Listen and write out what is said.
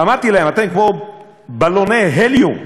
אמרתי להם: אתם כמו בלוני הליום.